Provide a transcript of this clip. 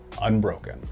unbroken